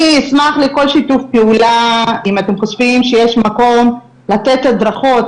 אני אשמח לכל שיתוף פעולה אם אתם חושבים שיש מקום לתת הדרכות,